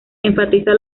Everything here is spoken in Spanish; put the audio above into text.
enfatiza